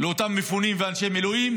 לאותם מפונים ואנשי מילואים,